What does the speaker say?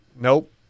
Nope